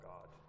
God